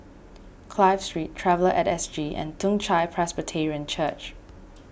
Clive Street Traveller at S G and Toong Chai Presbyterian Church